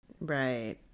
Right